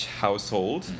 household